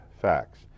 facts